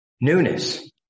newness